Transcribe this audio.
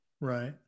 Right